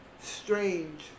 Strange